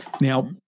Now